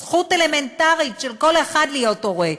זכות אלמנטרית של כל אחד להיות הורה,